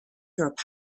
through